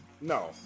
No